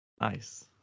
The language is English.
Nice